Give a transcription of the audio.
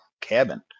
cabin